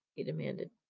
he demanded.